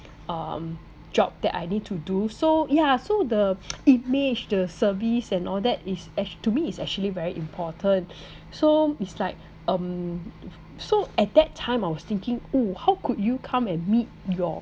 um job that I need to do so yeah so the image the service and all that is act~ to me is actually very important so it's like um so at that time I was thinking oh how could you come and meet your